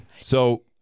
So-